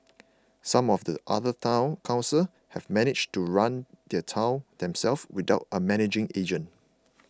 some of the other Town Councils have managed to run their towns themselves without a managing agent